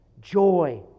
joy